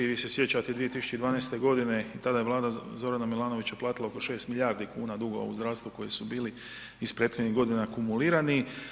Vi se sjećate 2012. godine i tada je Vlada Zorana Milanovića platila oko 6 milijardi kuna dugova u zdravstvu koji su bili iz prethodnih godina akumulirani.